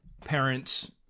parents